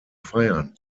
feiern